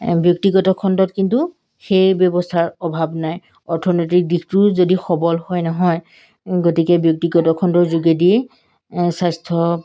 ব্যক্তিগত খণ্ডত কিন্তু সেই ব্যৱস্থাৰ অভাৱ নাই অৰ্থনৈতিক দিশটোও যদি সবল হয় নহয় গতিকে ব্যক্তিগত খণ্ডৰ যোগেদিয়েই স্বাস্থ্য